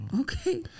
Okay